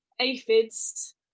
aphids